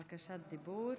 בקשת דיבור,